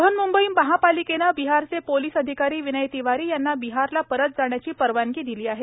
बृहन्म्बई महापालिकेनं बिहारचे पोलीस अधिकारी विनय तिवारी यांना बिहारला परत जाण्याची परवानगी दिली आहे